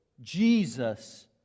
Jesus